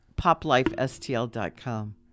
Poplifestl.com